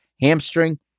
hamstring